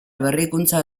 berrikuntza